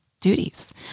duties